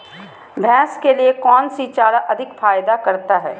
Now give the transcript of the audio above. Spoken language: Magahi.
भैंस के लिए कौन सी चारा अधिक फायदा करता है?